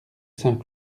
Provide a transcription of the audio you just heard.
saint